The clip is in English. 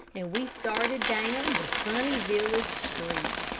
and we started down the sunny village street.